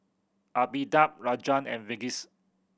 Amitabh Rajan and Verghese